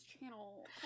channel